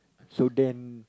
so then